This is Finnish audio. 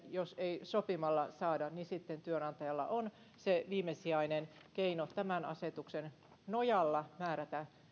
jos ei sopimalla saada niin sitten työnantajalla on se viimesijainen keino tämän asetuksen nojalla määrätä